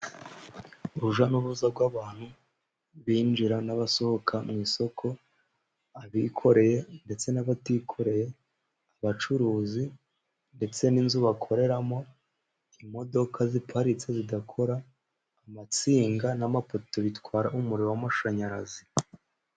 Urujya n'uruza rw'abantu binjira n'abasohoka mu isoko, abikoreye ndetse n'abatikoreye, abacuruzi ndetse n'inzu bakoreramo, imodoka ziparitse zidakora, amatsinga n'amapoto bitwara umuriro w'amashanyarazi.